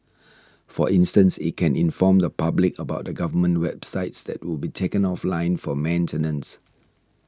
for instance it can inform the public about the government websites that would be taken offline for maintenance